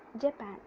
Japan